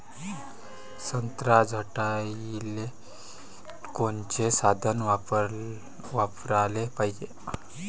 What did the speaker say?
संत्रा छटाईले कोनचे साधन वापराले पाहिजे?